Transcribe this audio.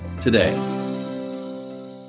today